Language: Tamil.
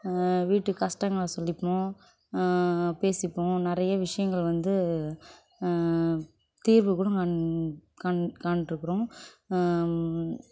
வீட்டு கஷ்டங்களை சொல்லிப்போம் பேசிப்போம் நிறைய விஷயங்கள் வந்து தீர்வு கூட கண் கண் காண்ருக்கிறோம்